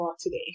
today